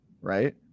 right